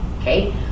okay